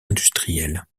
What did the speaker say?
industrielles